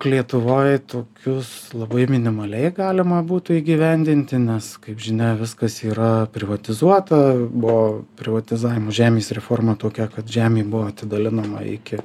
lietuvoj tokius labai minimaliai galima būtų įgyvendinti nes kaip žinia viskas yra privatizuota buvo privatizavimo žemės reforma tokia kad žemė buvo atidalinama iki